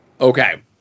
Okay